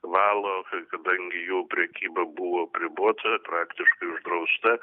valo kadangi jų prekyba buvo apribota praktiškai uždrausta